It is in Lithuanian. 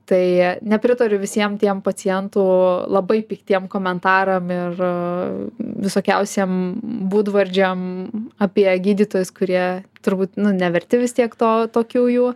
tai nepritariu visiem tiem pacientų labai piktiem komentaram ir visokiausiem būdvardžiam apie gydytojus kurie turbūt neverti vis tiek to tokių jų